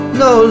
no